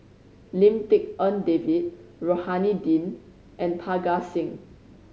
Lim Tik En David Rohani Din and Parga Singh